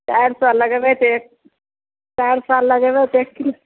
चारि सए लगबेतै चारि सए लगेबै तऽ एक किलो